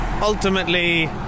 ultimately